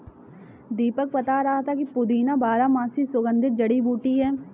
दीपक बता रहा था कि पुदीना बारहमासी सुगंधित जड़ी बूटी है